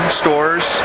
stores